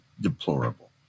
deplorable